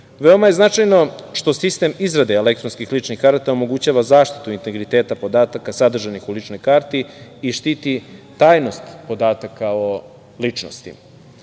je značajno što sistem izrade elektronskih ličnih karata, omogućava zaštitu integriteta podataka, sadržanih u ličnoj karti i štiti tajnost podataka o ličnosti. Inače,